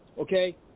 Okay